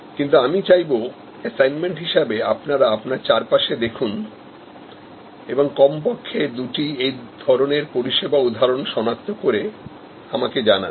কিন্তু আমি চাইবো এসাইনমেন্ট হিসাবে আপনারা আপনার চারপাশে দেখুন এবং কমপক্ষে দুটি এই ধরনের পরিষেবা উদাহরণ শনাক্তকরে আমাকে জানান